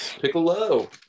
Piccolo